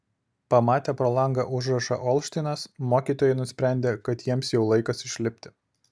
pamatę pro langą užrašą olštynas mokytojai nusprendė kad jiems jau laikas išlipti